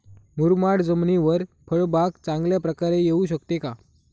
मुरमाड जमिनीवर फळबाग चांगल्या प्रकारे येऊ शकते का?